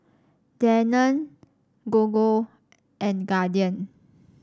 Danone Gogo and Guardian